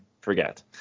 forget